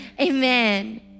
Amen